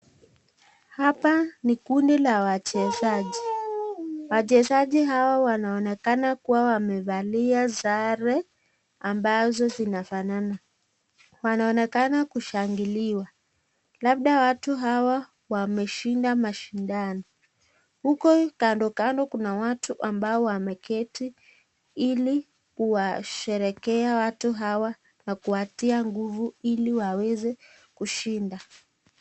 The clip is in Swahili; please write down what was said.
Hapa ni kundi la wachezaji wachezaji, hawa wanaonekana kuwa wamefalia sare ambazo zinafanana, wanaonekana kushangilia labda watu hawa wameshinda mashindano huku kando kando kuna watu ambao waketi hili washerekea watu hawa na kuwatia nguvu hili waweze kushinda.